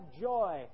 joy